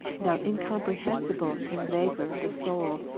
thou incomprehensible inveigier of the soul,